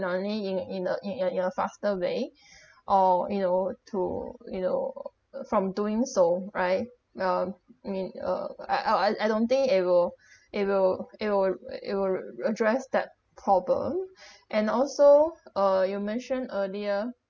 money in in a in a in a a faster way or you know to you know uh from doing so right um I mean uh I I I don't think it will it will it will it will address that problem and also uh you mentioned earlier